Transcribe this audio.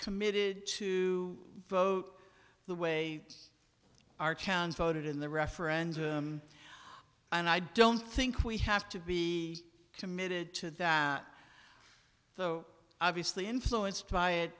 committed to vote the way our towns voted in the referendum and i don't think we have to be committed to that so obviously influenced by it